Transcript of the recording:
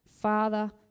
Father